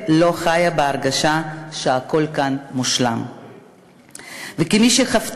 אבל אני חושבת שהגרעין לכל מה שהשגנו כאן מתחיל בסיפור המיוחד